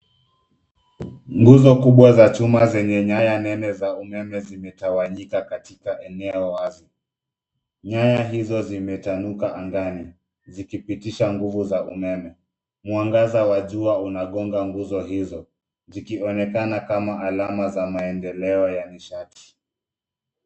Nguzo kubwa za chuma zenye nyaya nne za umeme zimetawanyika katika eneo wazi. Nyaya hizo zimetanuka angani zikipitisha nguvu za umeme. Mwangaza wa jua unagonja nguzo hizo zikionekana kama alama za maendeleo za nishati.